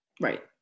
Right